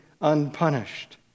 unpunished